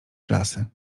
klasy